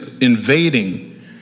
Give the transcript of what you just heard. invading